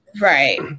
Right